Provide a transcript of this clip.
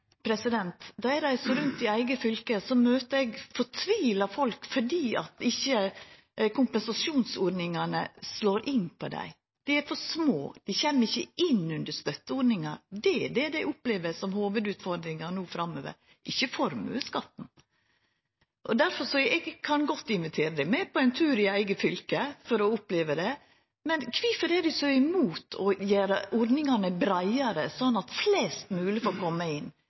rundt i eige fylke, møter eg fortvila folk fordi kompensasjonsordningane ikkje slår inn for dei. Dei er for små, dei kjem ikkje inn under støtteordningane. Det er det dei opplever som hovudutfordringa framover, ikkje formuesskatten. Eg kan godt invitera statsråden med på ein tur i mitt eige fylke slik at han kan få oppleva det, men kvifor er de så imot å gjera ordningane breiare sånn at flest mogleg kan koma inn?